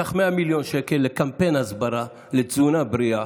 תיקח 100 מיליון שקל לקמפיין הסברה לתזונה בריאה,